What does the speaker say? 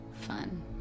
fun